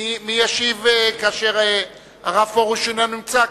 מי ישיב כאשר הרב פרוש אינו נמצא כאן?